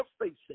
facing